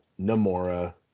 Namora